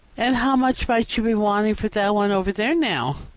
and how much might you be wanting for that one over there, now?